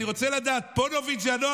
אני רוצה לדעת,